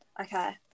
Okay